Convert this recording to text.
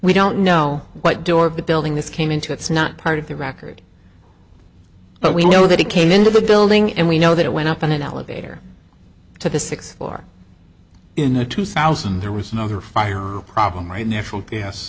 we don't know what door of the building this came into it's not part of the record but we know that he came into the building and we know that it went up in an elevator to the sixth floor in the two thousand there was no other fire problem right natural gas